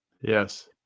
Yes